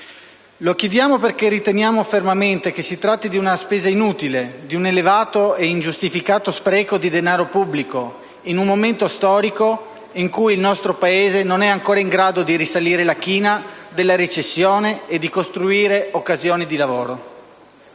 Lo chiediamo perché riteniamo fermamente che si tratti di una spesa inutile, di un elevato e ingiustificato spreco di denaro pubblico, in un momento storico in cui il nostro Paese non è ancora in grado di risalire la china della recessione e di costruire occasioni di lavoro.